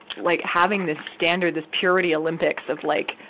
like, having this standard, this purity olympics of, like,